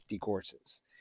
courses